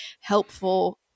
helpful